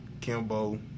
Kimbo